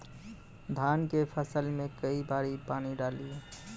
धान के फसल मे कई बारी पानी डाली?